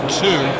two